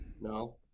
No